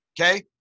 Okay